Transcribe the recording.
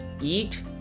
eat